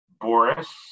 Boris